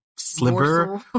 sliver